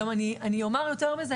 אני אומר יותר מזה.